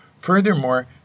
Furthermore